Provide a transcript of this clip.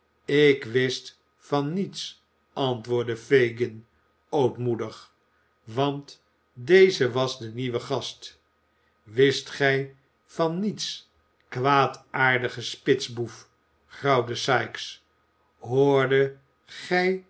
ik wist van niets antwoordde fagin ootmoedig want deze was de nieuwe gast wist gij van niets kwaadaardige spitsboef grauwde sikes hoordet gij